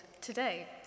Today